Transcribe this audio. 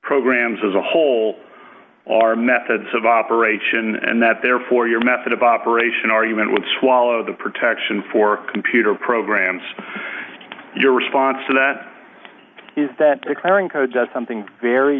programs as a whole are methods of operation and that therefore your method of operation argument would swallow the protection for computer programs your response to that is that declaring code does something very